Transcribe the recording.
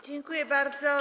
Dziękuję bardzo.